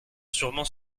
sûrement